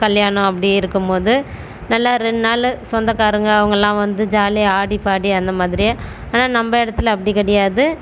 கல்யாணம் அப்படி இருக்கும் போது நல்லா ரெண்டு நாள் சொந்தகாரங்க அவர்கெல்லாம் வந்து ஜாலியாக ஆடி பாடி அந்த மாதிரி ஆனால் நம்ப இடத்துல அப்படி கிடையாது